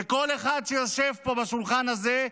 וכל אחד שיושב פה בשולחן הזה,